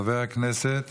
חבר הכנסת